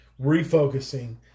refocusing